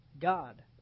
God